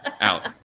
Out